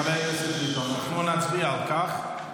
חבר הכנסת ביטון, אנחנו נצביע על כך,